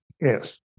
Yes